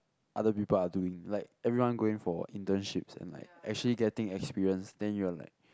other people are doing like everyone going for internships and like actually getting experience then you are like